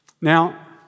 Now